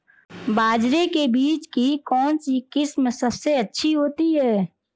बाजरे के बीज की कौनसी किस्म सबसे अच्छी होती है?